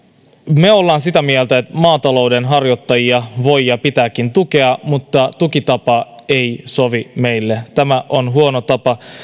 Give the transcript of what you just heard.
me olemme sitä mieltä että maatalouden harjoittajia voi ja pitääkin tukea mutta tukitapa ei sovi meille tämä on huono tapa